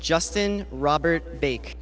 justin robert bake